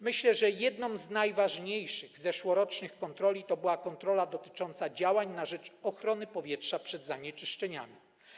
Myślę, że jedną z najważniejszych zeszłorocznych kontroli była kontrola dotycząca działań na rzecz ochrony powietrza przed zanieczyszczeniami.